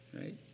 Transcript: right